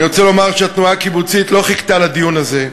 אני רוצה לומר שהתנועה הקיבוצית לא חיכתה לדיון הזה.